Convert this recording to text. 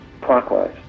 clockwise